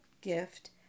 gift